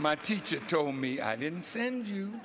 my teacher told me i didn't send you